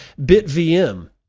BitVM